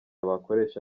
bakoresha